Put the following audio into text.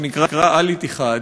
שנקרא "אל-איתיחאד"